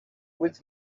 with